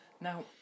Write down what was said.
Now